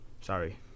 Sorry